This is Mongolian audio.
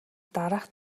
дараах